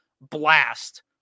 blast